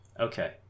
okay